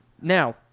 now